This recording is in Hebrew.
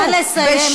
לו, נא לסיים.